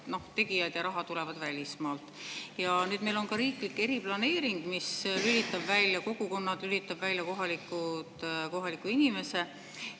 nende tegijad ja raha tulevad välismaalt. Ja nüüd meil on ka riiklik eriplaneering, mis lülitab välja kogukonnad ning kohalikud inimesed.